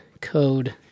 code